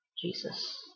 Jesus